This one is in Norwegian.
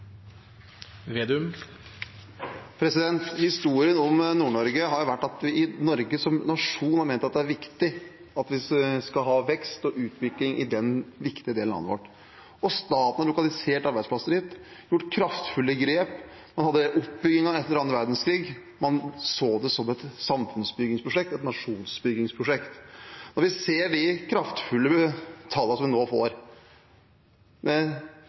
Historien om Nord-Norge har vært at vi i Norge som nasjon har ment at det er viktig at vi skal ha vekst og utvikling i den viktige delen av landet vårt. Staten har lokalisert arbeidsplasser dit, gjort kraftfulle grep, man hadde oppbyggingen etter annen verdenskrig, man så det som et samfunnsbyggingsprosjekt, et nasjonsbyggingsprosjekt. Når vi ser de kraftfulle tallene vi nå får,